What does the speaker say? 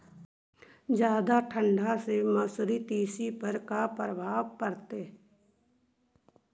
जादा ठंडा से मसुरी, तिसी पर का परभाव पड़तै?